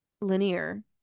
linear